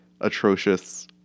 atrocious